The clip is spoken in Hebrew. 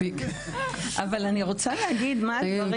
תמקדו --- אני רוצה לספר על דברים